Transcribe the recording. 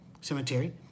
cemetery